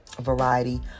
variety